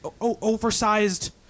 oversized